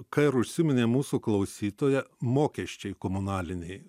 ką ir užsiminė mūsų klausytoja mokesčiai komunaliniai